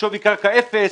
שווי קרקע אפס,